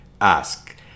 ask